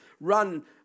run